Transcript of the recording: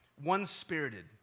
one-spirited